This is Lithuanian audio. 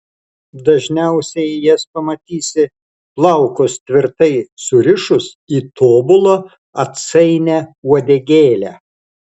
dažniausiai jas pamatysi plaukus tvirtai surišus į tobulą atsainią uodegėlę